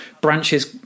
branches